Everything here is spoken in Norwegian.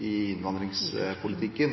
innvandringspolitikken.